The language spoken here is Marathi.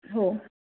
हो